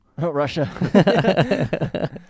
Russia